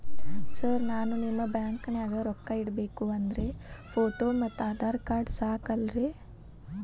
Sir ನಾನು ನಿಮ್ಮ ಬ್ಯಾಂಕನಾಗ ರೊಕ್ಕ ಇಡಬೇಕು ಅಂದ್ರೇ ಫೋಟೋ ಮತ್ತು ಆಧಾರ್ ಕಾರ್ಡ್ ಸಾಕ ಅಲ್ಲರೇ?